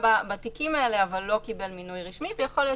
בתיקים האלה אבל לא קיבל מינוי רשמי ויכול להיות